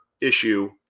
issue